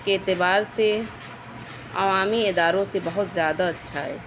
کے اعتبار سے عوامی اداروں سے بہت زیادہ اچھا ہے